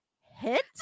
hit